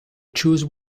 choose